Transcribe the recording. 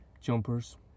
jumpers